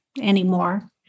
anymore